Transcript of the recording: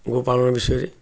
ଗୋ ପାଳନ ବିଷୟରେ